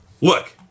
Look